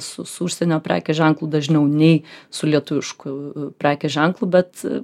su su užsienio prekės ženklu dažniau nei su lietuvišku prekės ženklu bet